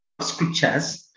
scriptures